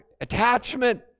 attachment